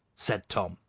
said tom.